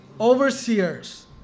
Overseers